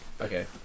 Okay